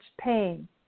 pain